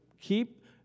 keep